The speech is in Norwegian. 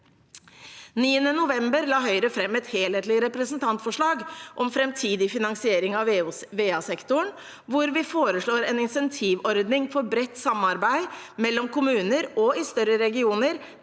9. november la Høyre fram et helhetlig representantforslag om framtidig finansiering av VA-sektoren, hvor vi foreslår en insentivordning for bredt samarbeid mellom kommuner og i større regioner,